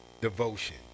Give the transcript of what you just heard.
devotion